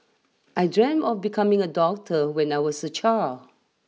I dreamt of becoming a doctor when I was a child